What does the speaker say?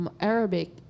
arabic